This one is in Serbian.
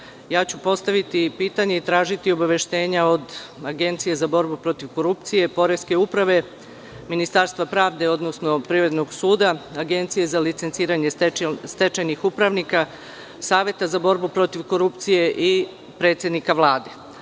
postaviću pitanje i tražiti obaveštenja od Agencije za borbu protiv korupcije, Poreske uprave, Ministarstva pravde, odnosno Privrednog suda, Agencije za licenciranje stečajnih upravnika, Saveta za borbu protiv korupcije i predsednika Vlade. Povod